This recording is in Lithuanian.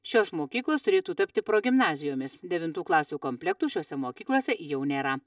šios mokyklos turėtų tapti progimnazijomis devintų klasių komplektų šiose mokyklose jau nėra